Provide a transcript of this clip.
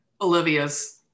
Olivia's